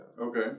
Okay